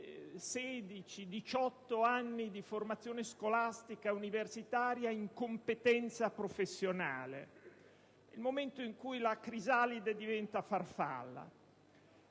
16-18 anni di formazione scolastica e universitaria in competenza professionale, è il momento in cui la crisalide diventa farfalla.